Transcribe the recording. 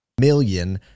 million